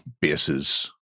bases